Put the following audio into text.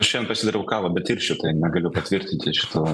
šiandien pasidarau kavą be tirščių tai negaliu patvirtinti šitą